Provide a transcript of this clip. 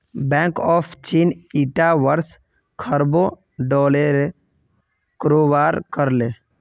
bank of चीन ईटा वर्ष खरबों डॉलरेर कारोबार कर ले